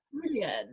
brilliant